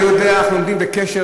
אנחנו עומדים בקשר,